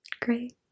Great